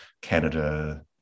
Canada